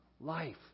life